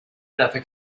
دفه